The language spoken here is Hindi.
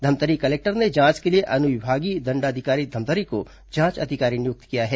धमतरी कलेक्टर ने जांच के लिए अनविभागीय दंडाधिकारी धमतरी को जांच अधिकारी नियुक्त किया है